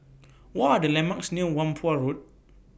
What Are The landmarks near Whampoa Road